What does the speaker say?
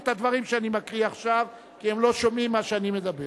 הדברים שאני מקריא עכשיו כי הם לא שומעים מה שאני מדבר.